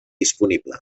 disponible